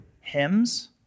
hymns